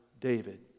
David